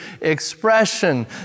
expression